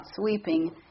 sweeping